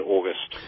August